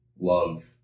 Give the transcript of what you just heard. love